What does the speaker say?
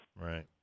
Right